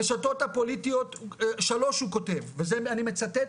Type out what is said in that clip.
הרשתות הפוליטיות, 3 הוא כתוב, ואני מצטט,